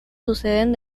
suceden